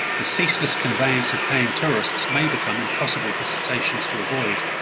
the ceaseless conveyance of paying tourists may become impossible for cetaceans to avoid.